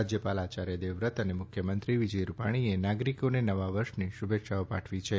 રાજ્યપાલ આચાર્ય દેવવ્રત અને મુખ્યમંત્રી વિજય રૂપાણીએ નાગરીકોને નવા વર્ષની શુભેચ્છાઓ પાઠવી છે